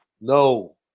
No